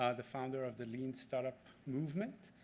ah the founder of the lean startup movement.